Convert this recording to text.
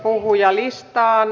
puhujalistaan